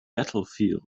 battlefield